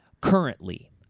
currently